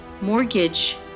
mortgage